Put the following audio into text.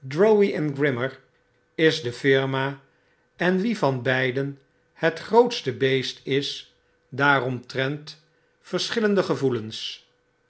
grimmer is de firma en wie van beiden het grootste beest is daaromtrent verschillen de gevoelens